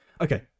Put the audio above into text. Okay